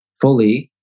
fully